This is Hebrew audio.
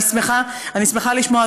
אבל אני שמחה לשמוע,